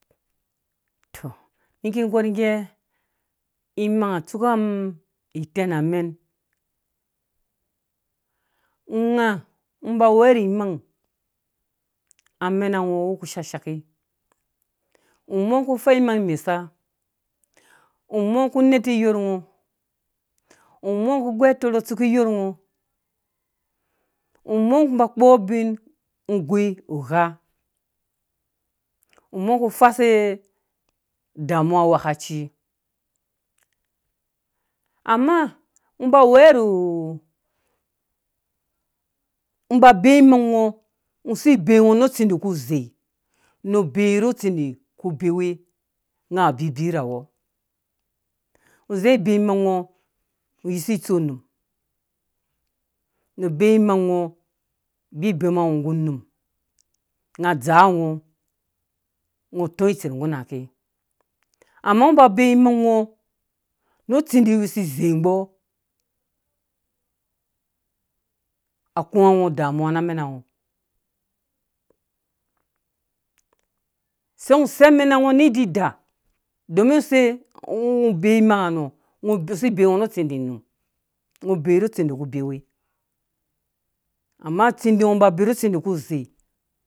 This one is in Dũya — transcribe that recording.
Tɔ miki gɔr ngge imang atsuka mum itɛm amɛn nga ngɔ baweyɔ ni mang amɛna ngɔ wu ku shashaki umɔ ku fer inang mesa umɔ ku neti iyorh ngɔ ngɔ umɔ ngɔ b ngɔa kpowɔ ubin ngɔ goi gha mɔ ku fase damawã angwhɛ̃ kaci amma ngo ba weyo rhu ngɔ ba bei imang ngɔ ngɔ si bei ngo na tsĩndi ku ze nu bei nu tsĩndi ku bewe nga wu bibi rhowɔ ngɔ zĩngo bei imangɔ ngɔ yisi itso num nu bei imangɔ ngi bema ngɔ nggu unum nga dzaango ngɔ tɔɔ itser mggunake amma ngo ba bei imango nu tsindi wuwi se zei ngbɔ akũwã ngɔ damuwã na amɛna ngɔ sei mgo sei amɛna ngɔ ni dida domin se ngo bei imanga nɔ si bei ngo nu tsĩndi num ngo bei nu nu tsĩndi ku biwe amma tsĩndi ngɔ ba bei rhu tsĩndi ku zei.